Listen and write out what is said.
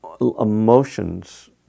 emotions